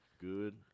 Good